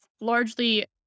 largely